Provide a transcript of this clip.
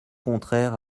contraire